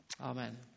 Amen